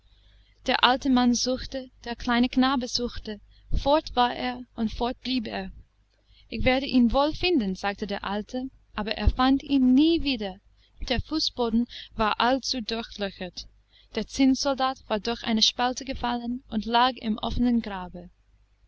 der alte mann suchte der kleine knabe suchte fort war er und fort blieb er ich werde ihn wohl finden sagte der alte aber er fand ihn nie wieder der fußboden war allzu durchlöchert der zinnsoldat war durch eine spalte gefallen und lag im offenen grabe